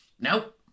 nope